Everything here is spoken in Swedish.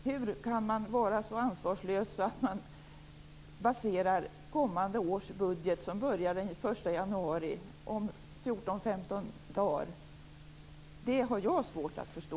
Hur kan man vara så ansvarslös att man baserar kommande års budget, som börjar den 1 januari, dvs. om 14-15 dagar, på detta? Det har jag också svårt att förstå.